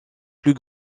plus